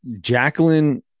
Jacqueline